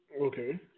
Okay